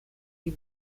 die